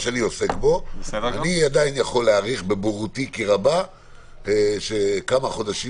אני עדיין יכול להעריך שכמה חודשים